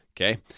okay